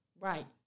right